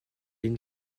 une